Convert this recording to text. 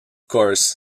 course